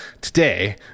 today